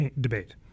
debate